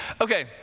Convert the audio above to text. Okay